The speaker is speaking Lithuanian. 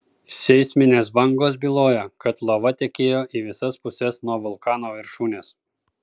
seisminės bangos byloja kad lava tekėjo į visas puses nuo vulkano viršūnės